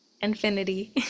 infinity